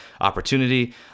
opportunity